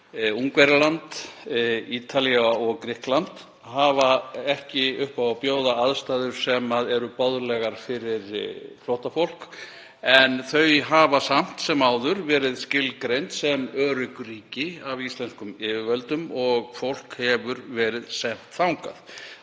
Ungverjaland, Ítalía og Grikkland, hafa ekki upp á að bjóða aðstæður sem eru boðlegar fyrir flóttafólk en þau hafa samt sem áður verið skilgreind sem örugg ríki af íslenskum yfirvöldum og fólk hefur verið sent þangað.